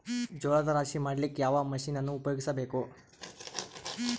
ಜೋಳದ ರಾಶಿ ಮಾಡ್ಲಿಕ್ಕ ಯಾವ ಮಷೀನನ್ನು ಉಪಯೋಗಿಸಬೇಕು?